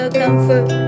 comfort